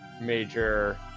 major